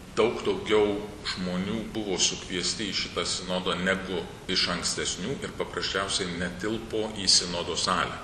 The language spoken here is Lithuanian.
daug daugiau žmonių buvo sukviesti į šitą sinodą negu iš ankstesnių ir paprasčiausiai netilpo į sinodo salę